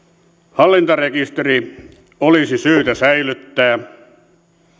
hallintarekisteri olisi syytä säilyttää